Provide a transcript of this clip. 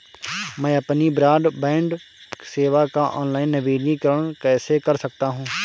मैं अपनी ब्रॉडबैंड सेवा का ऑनलाइन नवीनीकरण कैसे कर सकता हूं?